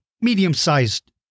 Medium-sized